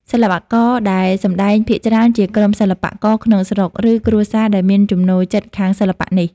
សិល្បករដែលសម្តែងភាគច្រើនជាក្រុមសិល្បៈករក្នុងស្រុក ឬគ្រួសារដែលមានចំណូលចិត្តខាងសិល្បៈនេះ។